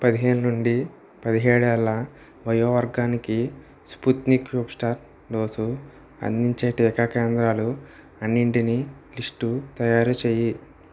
పదిహేను నుండి పదిహేడు ఏళ్ళ వయో వర్గానికి స్పుత్నిక్ బూస్టర్ డోసు అందించే టీకా కేంద్రాలు అన్నిటినీ లిస్టు తయారు చేయి